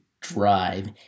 drive